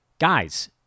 guys